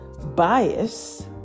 bias